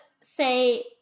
say